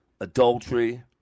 adultery